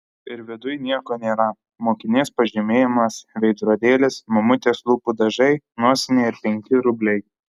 ir viduj nieko nėra mokinės pažymėjimas veidrodėlis mamutės lūpų dažai nosinė ir penki rubliai